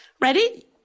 Ready